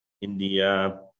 India